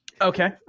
okay